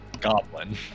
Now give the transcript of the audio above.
Goblin